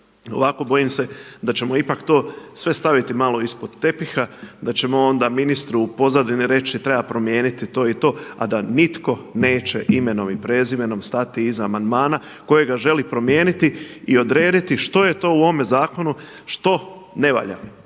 Ovako bojim se da ćemo ipak to sve staviti malo ispod tepiha, da ćemo onda ministru u pozadini reći treba promijeniti to i to, a da nitko neće imenom i prezimenom stati iza amandmana kojega želi promijeniti i odrediti što je to u ovome zakonu što ne valja.